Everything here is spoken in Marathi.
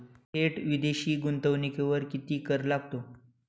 थेट विदेशी गुंतवणुकीवर किती कर लागतो?